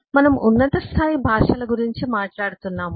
మరియు మనము ఉన్నత స్థాయి భాషల గురించి మాట్లాడుతున్నాము